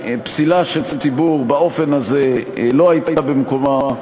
פסילה של ציבור באופן הזה לא הייתה במקומה,